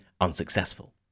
unsuccessful